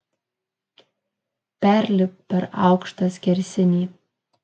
perlipk per aukštą skersinį